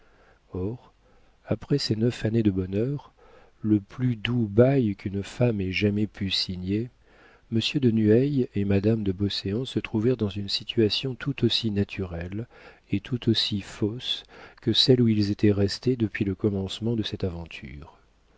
or après ces neuf années de bonheur le plus doux bail qu'une femme ait jamais pu signer monsieur de nueil et madame de beauséant se trouvèrent dans une situation tout aussi naturelle et tout aussi fausse que celle où ils étaient restés depuis le commencement de cette aventure